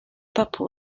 papua